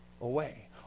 away